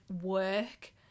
work